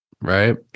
Right